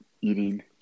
eating